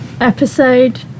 episode